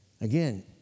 Again